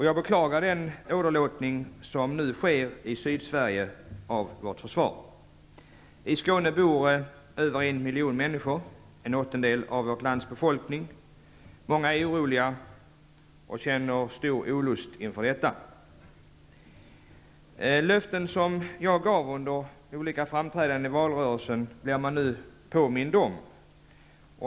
Jag beklagar den åderlåtning av vårt försvar som nu sker i Sydsverige. I Skåne bor över en miljon människor. Det är en åttondel av vårt lands befolkning. Många är oroliga och känner stor olust inför detta beslut. Jag blir nu påmind om löften som jag gav vid olika framträdanden i valrörelsen.